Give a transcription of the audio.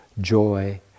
joy